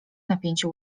napięcie